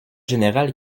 général